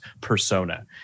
persona